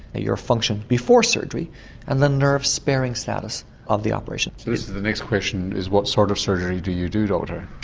your function before surgery and the nerve sparing status of the operation. so this is the next question, is what sort of surgery do you do dr?